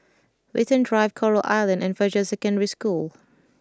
Watten Drive Coral Island and Fajar Secondary School